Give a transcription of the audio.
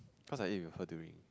cause I ate with her during